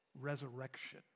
Resurrection